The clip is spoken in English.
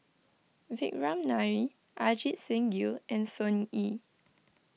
Vikram Nair Ajit Singh Gill and Sun Yee